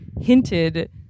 hinted